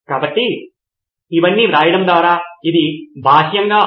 సిద్ధార్థ్ మాతురి మౌలిక సదుపాయాలు ఉన్న పాఠశాల మరియు పైన చెప్పిన మౌలిక సదుపాయాలు లేని పాఠశాల